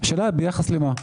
השאלה ביחס למה.